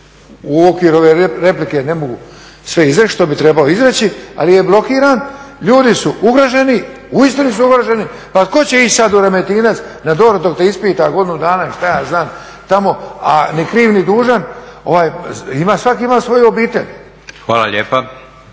U okviru ove replike ne mogu sve izreći što bi trebao izreći, ali je blokiran, ljudi su ugroženi, uistinu su ugroženi. Pa tko će ići sad u Remetinec u DORH, dok te ispita godinu dana i šta ja znam tamo, a ni kriv ni dužan, svak ima svoju obitelj. **Leko,